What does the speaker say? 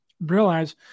realize